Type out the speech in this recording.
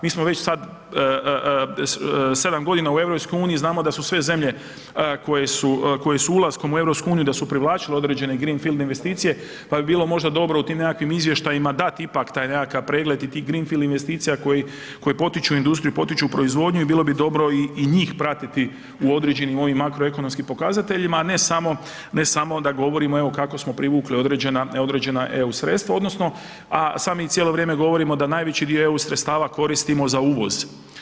Mi smo već sada sedam godina u EU i znamo da su sve zemlje koje su ulaskom u EU da su privlačile određene greenfield investicije pa bi bilo možda dobro u tim nekakvim izvještajima dat ipak taj nekakav pregled i tih greenfield investicija koji potiču industriju, potiču proizvodnju i bilo bi dobro i njih pratiti u određenim ovim makroekonomskim pokazateljima, a ne samo da govorimo evo kako smo privukli određena eu sredstva, a sami cijelo vrijeme govorimo da najveći dio eu sredstava koristimo za uvoz.